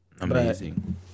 Amazing